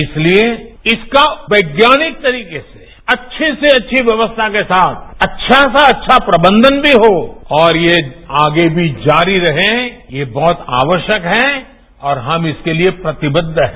इसलिए इसका वैज्ञानिक तरीके से अच्छे से अच्छी व्यक्त्था के साथ अच्छा से अच्छा प्रबंधन भी हो और ये आगे भी जारी रहे ये बहुत आवश्यक है और हम इसके लिए प्रतिबद्ध है